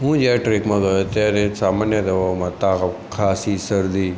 હું જયારે ટ્રૅકમાં ગયો ત્યારે સામાન્ય જ હવામાં તાવ ખાંસી શરદી